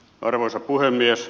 arvoisa puhemies